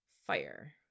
fire